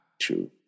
True